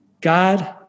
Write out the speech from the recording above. God